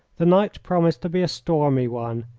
the night promised to be a stormy one,